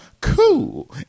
Cool